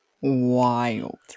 wild